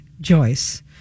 joyce